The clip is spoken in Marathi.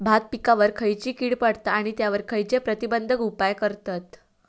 भात पिकांवर खैयची कीड पडता आणि त्यावर खैयचे प्रतिबंधक उपाय करतत?